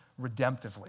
redemptively